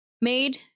made